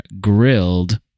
grilled